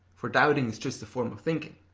for doubting is just a form of thinking.